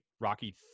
Rocky